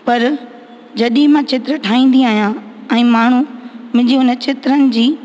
परि जॾहिं मां चित्र ठाहींदी आहियां ऐं माण्हूं मुंहिंजी उन चित्रनि जी